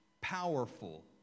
powerful